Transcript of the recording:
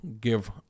give